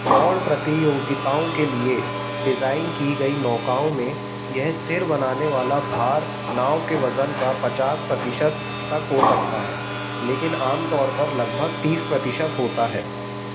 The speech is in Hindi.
दौड़ प्रतियोगिताओं के लिए डिज़ाइन की गई नौकाओं में यह स्थिर बनाने वाला भार नाव के वज़न का पचास परसेंट तक हो सकता है लेकिन आम तौर पर लगभग तीस परसेंट होता है